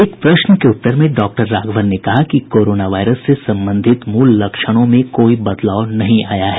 एक प्रश्न के उत्तर में डॉक्टर राघवन ने कहा कि कोरोना वायरस से संबंधित मूल लक्षणों में कोई बदलाव नहीं आया है